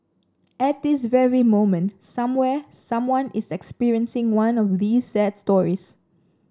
at this very moment somewhere someone is experiencing one of these sad stories